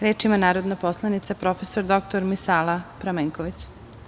Reč ima narodna poslanica prof. dr Misala Pramenković.